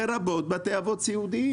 לרבות בתי אבות סיעודיים.